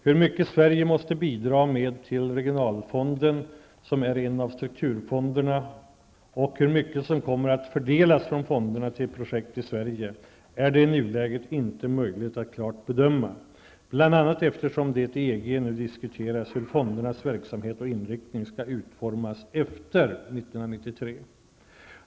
Hur mycket Sverige måste bidra med till regionalfonden, som är en av strukturfonderna, och hur mycket som kommer att fördelas från fonderna till projekt i Sverige, är det i nuläget inte möjligt att klart bedöma, bl.a. eftersom det i EG nu diskuteras hur fondernas verksamhet och inriktning skall utformas efter 1993.